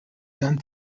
done